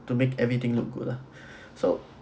to make everything look good lah so